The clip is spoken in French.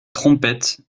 trompette